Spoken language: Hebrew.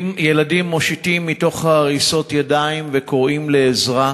ילדים מושיטים מתוך ההריסות ידיים וקוראים לעזרה.